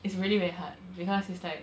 it's really very hard because it's like